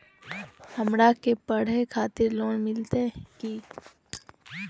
हमरा के पढ़े के खातिर लोन मिलते की?